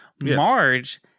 Marge